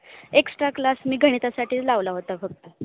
extra class मी गणितासाठीच लावला होता फक्त